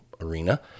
arena